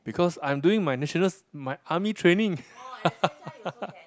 because I'm doing my nationals my army training